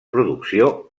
producció